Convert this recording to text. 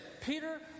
Peter